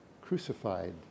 crucified